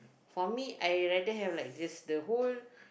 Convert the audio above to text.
for me I rather have like this the whole